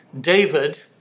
David